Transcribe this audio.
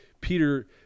Peter